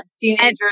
teenagers